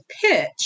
pitch